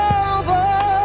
over